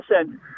listen